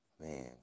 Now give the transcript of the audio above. Man